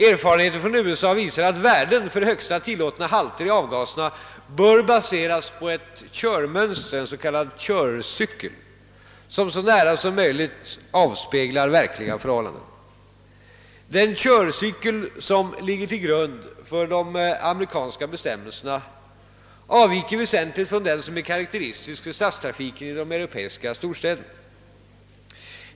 Erfarenheter från USA visar att värden för högsta tillåtna halter i avgaserna bör baseras på ett körmönster, en. s.k. körcykel, som så nära som möjligt avspeglar verkliga förhållanden. Den körcykel som ligger till grund för de amerikanska bestämmelserna avviker väsentligt från den körcykel som är karakteristisk för stadstrafiken i europeiska storstäder.